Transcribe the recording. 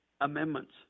amendments